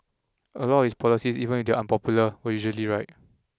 a lot of his policies even if they unpopular were usually right